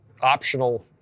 optional